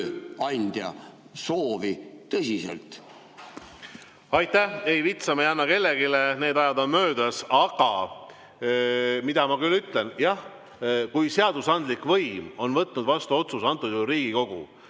tööandja soovi tõsiselt?